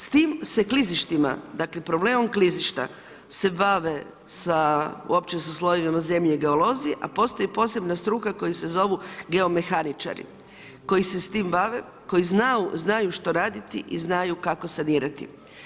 S tim se klizištima, dakle, problemom klizišta se bave sa uopće sa slojevima zemlje geolozi, a postoje i posebna struka koji se zovu geomehanici, koji se s tim bave, koji znaju što raditi i znaju kako sanirati.